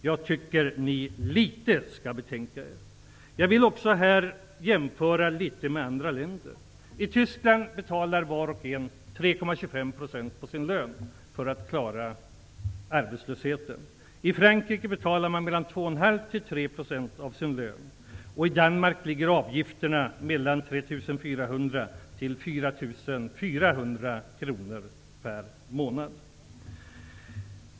Jag tycker att ni litet grand skall betänka det. Jag vill också göra en del jämförelser med andra länder. I Tyskland betalar var och en 3,25 % på sin lön för att klara arbetslösheten. I Frankrike betalar man mellan 2,5 och 3 % av sin lön, och i Danmark ligger avgifterna mellan 3 400 och 4 400 kr per månad.